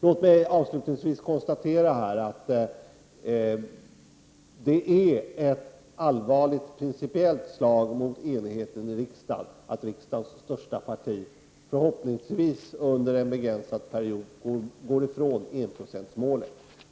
Låt mig avslutningsvis konstatera att det är ett allvarligt principiellt slag mot enigheten i riksdagen att riksdagens största parti — förhoppningsvis under en begränsad period — går ifrån enprocentsmålet.